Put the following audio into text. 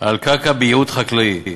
על קרקע בייעוד חקלאי.